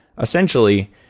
essentially